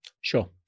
Sure